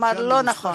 אמר: לא נכון.